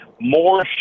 more